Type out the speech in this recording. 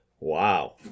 Wow